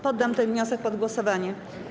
Poddam ten wniosek pod głosowanie.